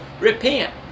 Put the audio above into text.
Repent